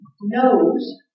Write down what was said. knows